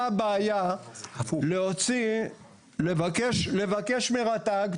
מה הבעיה לבקש מרט"ג,